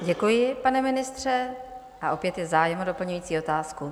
Děkuji, pane ministře, a opět je zájem o doplňující otázku.